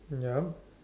yup